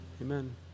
Amen